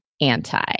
anti